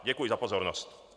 Děkuji za pozornost.